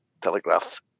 telegraph